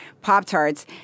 Pop-Tarts